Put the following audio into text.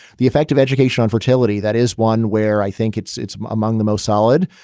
the effect of education on fertility. that is one where i think it's it's among the most solid,